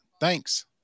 thanks